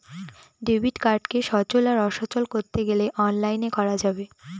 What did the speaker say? debit কার্ডকে সচল আর অচল করতে গেলে অনলাইনে করা যাবে